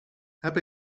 heb